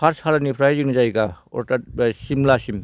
पाथसालानिफ्राय जोंनि जायगा अर्थाट सिमलासिम